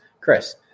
Chris